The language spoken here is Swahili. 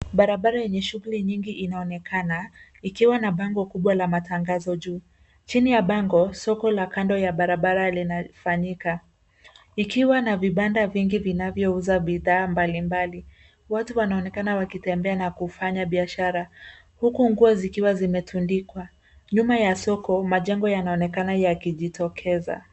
Barabara yenye shughuli nyingi inaonekana ikiwa na bango kubwa la matangazo juu. Chini ya bango soko la kando ya barabara linafanyika, ikiwa na vibanda vingi vinavyouza bidhaa mbalimbali. Watu wanaonekana wakitembea na kufanya biashara huku nguo zikiwa zimetundikwa. Nyuma ya soko, majengo yanaonekana yakijitokeza.